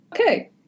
okay